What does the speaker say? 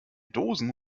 dosen